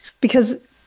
Because-